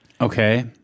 Okay